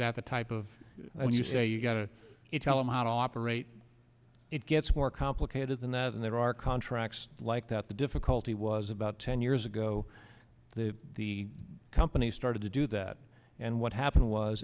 that the type of when you say you got to tell him how to operate it gets more complicated than that and there are contracts like that the difficulty was about ten years ago the the company started to do that and what happened